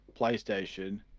PlayStation